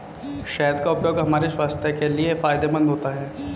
शहद का उपयोग हमारे स्वास्थ्य के लिए फायदेमंद होता है